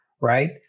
right